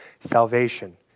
salvation